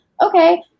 Okay